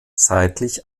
seitlich